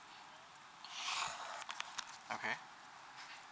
okay